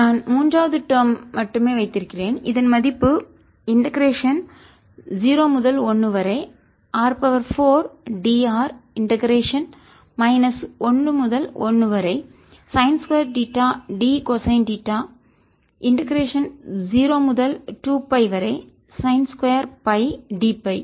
VdV2xxzy2r2drdcosθdϕ 2r sinθcosϕr2drdcosθdϕrsinθcosϕrcosθr2 நான் மூன்றாவது term மட்டுமே வைத்திருக்கிறேன் இதன் மதிப்பு பின்னர் இண்டெகரேஷன் 0 முதல் 1 வரை r 4 dr இண்டெகரேஷன் மைனஸ் 1 முதல் 1 வரை sine 2 theta d cosine theta integration 0 முதல் 2 பை வரை சைன் 2 Φ dΦ